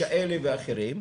כאלה ואחרים.